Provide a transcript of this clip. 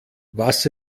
was